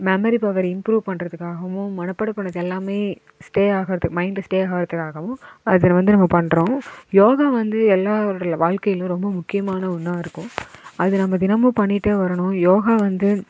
memory power improve பண்ணுறத்துக்காகவும் மனப்பாடம் பண்ணிணது எல்லாமே ஸ்டே ஆகிறதுக்கு மைண்ட்டில் ஸ்டே ஆகிறத்துக்காகவும் அது வந்து நம்ம பண்ணுறோம் யோகா வந்து எல்லாேருடைய வாழ்க்கையிலேயும் ரொம்ப முக்கியமான ஒன்றா இருக்கும் அது நம்ம தினமும் பண்ணிகிட்டே வரணும் யோகா வந்து